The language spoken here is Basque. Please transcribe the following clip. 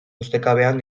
ustekabean